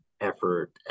effort